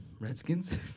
Redskins